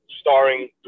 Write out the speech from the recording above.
starring